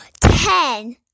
ten